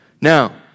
Now